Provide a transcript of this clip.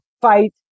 fight